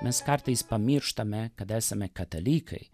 mes kartais pamirštame kad esame katalikai